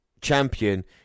champion